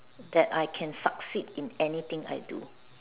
that I can succeed in anything I do